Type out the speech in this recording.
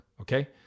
Okay